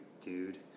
dude